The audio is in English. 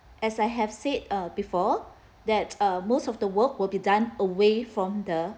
as I have said uh before that uh most of the work will be done away from the